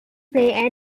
play